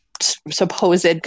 supposed